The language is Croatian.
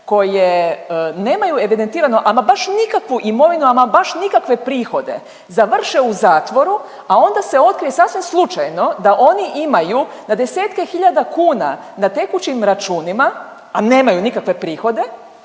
koje nemaju evidentiranu ama baš nikakvu imovinu, ama baš nikakve prihode, završe u zatvoru, a onda se otkrije sasvim slučajno da oni imaju na desetke hiljada kuna na tekućim računima, a nemaju nikakve prihode,